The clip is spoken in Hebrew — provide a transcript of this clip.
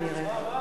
כנראה.